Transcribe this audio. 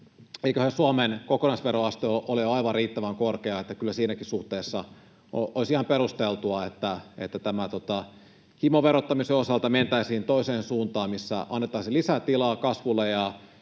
eiköhän Suomen kokonaisveroaste ole jo aivan riittävän korkea, että kyllä siinäkin suhteessa olisi ihan perusteltua, että tämän himoverottamisen osalta mentäisiin toiseen suuntaan, missä annettaisiin lisää tilaa kasvulle